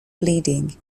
bleeding